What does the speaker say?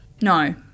No